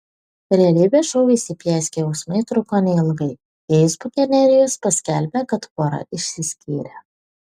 realybės šou įsiplieskę jausmai truko neilgai feisbuke nerijus paskelbė kad pora išsiskyrė